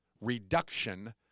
reduction